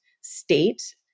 state